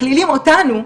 מכלילים אותנו,